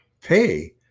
pay